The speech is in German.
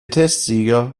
testsieger